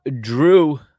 drew